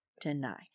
deny